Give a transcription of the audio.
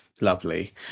Lovely